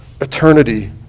eternity